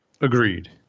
Agreed